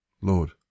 Lord